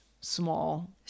small